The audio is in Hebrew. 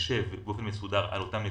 שנשב באופן מסודר על אותם נתונים.